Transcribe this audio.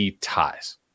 ties